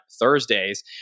Thursdays